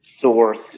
source